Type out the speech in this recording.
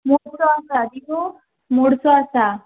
मोडसो आसा दीवं मोडसो आसा